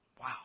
Wow